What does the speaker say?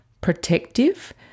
protective